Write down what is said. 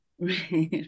Right